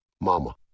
mama